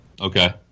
Okay